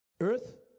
Earth